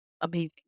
amazing